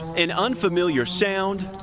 an unfamiliar sound